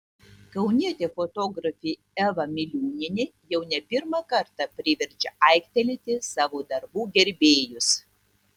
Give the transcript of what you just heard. kaunietė fotografė eva miliūnienė jau ne pirmą kartą priverčia aiktelėti savo darbų gerbėjus